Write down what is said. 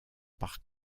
par